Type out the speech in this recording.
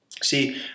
See